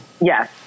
yes